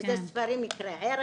איזה ספרים יקרי ערך,